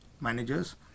managers